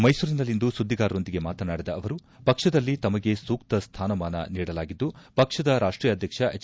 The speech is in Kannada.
ಮೈಸೂರಿನಲ್ಲಿಂದು ಸುದ್ದಿಗಾರರೊಂದಿಗೆ ಮಾತನಾಡಿದ ಅವರು ಪಕ್ಷದಲ್ಲಿ ತಮಗೆ ಸೂಕ್ತ ಸ್ಟಾನಮಾನ ನೀಡಲಾಗಿದ್ದು ಪಕ್ಷದ ರಾಷ್ಟೀಯ ಅಧ್ಯಕ್ಷ ಹೆಚ್